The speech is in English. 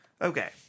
Okay